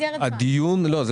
הדיון על